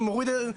תירגע.